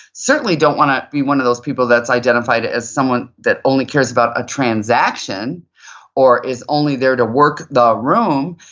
certainly don't want to be one of those people that's identified as someone that only cares about a transaction or is only there to work the room.